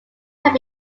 have